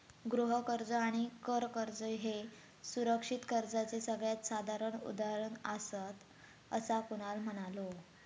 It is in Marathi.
गृह कर्ज आणि कर कर्ज ह्ये सुरक्षित कर्जाचे सगळ्यात साधारण उदाहरणा आसात, असा कुणाल म्हणालो